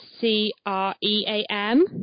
C-R-E-A-M